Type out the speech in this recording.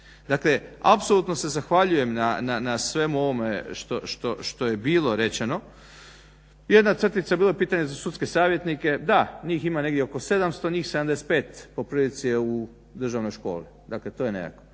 Dakle apsolutno se zahvaljujem na svemu ovome što je bilo rečeno. Jedna crtica, bilo je pitanje za sudske savjetnike. Da, njih ima negdje oko 700, njih 75 po prilici je u državnoj školi, dakle to je nekako.